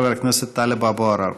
חבר הכנסת טלב אבו עראר.